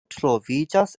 troviĝas